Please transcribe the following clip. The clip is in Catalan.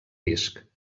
disc